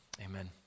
amen